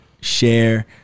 share